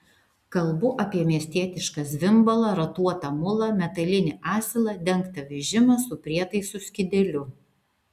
kalbu apie miestietišką zvimbalą ratuotą mulą metalinį asilą dengtą vežimą su prietaisų skydeliu